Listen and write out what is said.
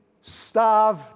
starve